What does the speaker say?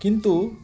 କିନ୍ତୁ